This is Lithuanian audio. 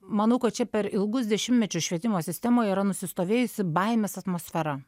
manau kad čia per ilgus dešimtmečius švietimo sistemoj yra nusistovėjusi baimės atmosfera